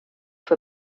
für